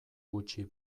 gutxi